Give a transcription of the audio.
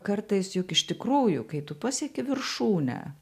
kartais juk iš tikrųjų kai tu pasieki viršūnę